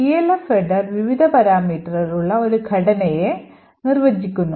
ELF header വിവിധ പാരാമീറ്ററുകൾ ഉള്ള ഒരു ഘടനയെ നിർവചിക്കുന്നു